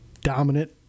dominant